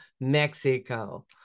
Mexico